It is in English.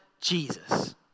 Jesus